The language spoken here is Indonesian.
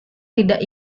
tidak